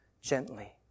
Gently